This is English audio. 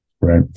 right